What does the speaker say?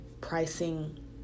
pricing